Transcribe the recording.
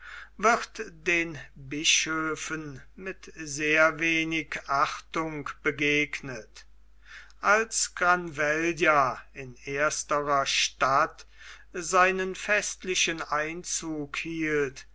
wird den bischöfen mit sehr wenig achtung begegnet als granvella in ersterer stadt seinen festlichen einzug hielt